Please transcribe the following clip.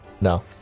No